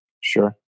Sure